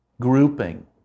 grouping